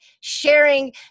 sharing